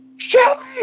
Shelly